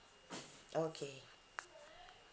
okay